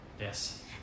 Yes